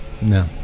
No